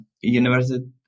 university